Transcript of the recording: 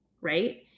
right